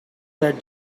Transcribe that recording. that